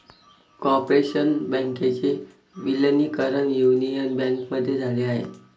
corporation बँकेचे विलीनीकरण Union बँकेमध्ये झाल आहे